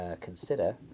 consider